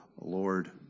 Lord